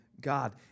God